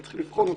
צריך לבחון אותם.